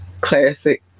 Classic